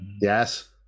Yes